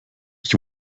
ich